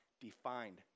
defined